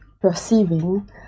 perceiving